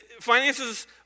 Finances